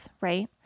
right